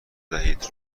دهید